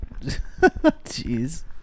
Jeez